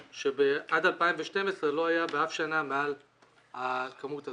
שעד 2012 לא היה באף שנה מעל הכמות הזאת,